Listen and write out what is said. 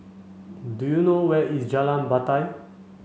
do you know where is Jalan Batai